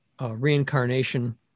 reincarnation